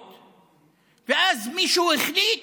ואז מישהו החליט